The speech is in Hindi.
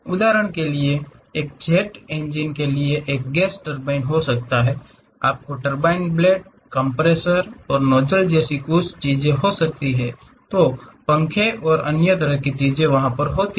उदाहरण के लिए एक जेट इंजन के लिए एक गैस टरबाइन हो सकता है आपको टरबाइन ब्लेड कंप्रेशर और नोजल जैसी कुछ चीजें हो सकती हैं पंखे और अन्य तरह की चीजें होती हैं